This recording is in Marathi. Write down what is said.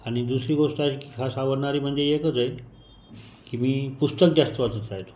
आणि दुसरी गोष्ट आणखी खास आवडणारी म्हणजे एकच आहे की मी पुस्तक जास्त वाचत राहतो